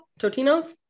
Totinos